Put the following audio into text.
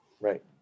Right